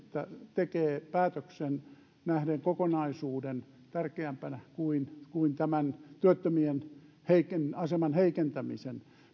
tekee päätöksen nähden kokonaisuuden tärkeämpänä kuin kuin työttömien aseman heikentämisen